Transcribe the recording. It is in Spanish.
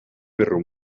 perro